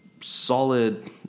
solid